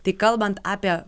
tai kalbant apie